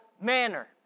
manner